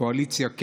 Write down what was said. הקואליציה,